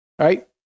Right